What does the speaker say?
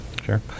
Sure